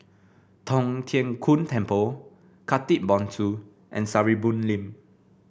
Tong Tien Kung Temple Khatib Bongsu and Sarimbun Lane